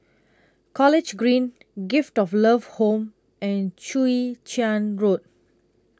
College Green Gift of Love Home and Chwee Chian Road